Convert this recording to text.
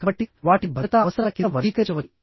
కాబట్టి వాటిని భద్రతా అవసరాల కింద వర్గీకరించవచ్చు